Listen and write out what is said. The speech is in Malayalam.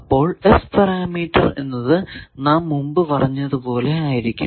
അപ്പോൾ S പാരാമീറ്റർ എന്നത് നാം മുമ്പ് പറഞ്ഞത് പോലെ ആയിരിക്കും